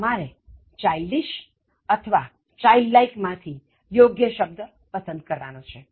તમારે childish childlike માં થી યોગ્ય શબ્દ પસંદ કરવાનો છે